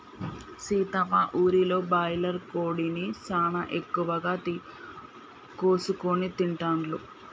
సీత మా ఊరిలో బాయిలర్ కోడిని సానా ఎక్కువగా కోసుకొని తింటాల్లు